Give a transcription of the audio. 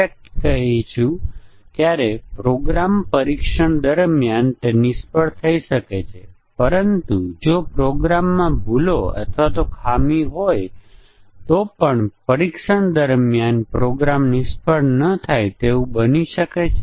પછી આપણે કહીએ છીએ કે મ્યુટન્ટ જીવંત છે અને આપણે મ્યુટન્ટ ને મારવા માટે આપણા ટેસ્ટ સ્યુટમાં વધારાના ટેસ્ટ કેસ ઉમેરવાની જરૂર છે